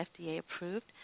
FDA-approved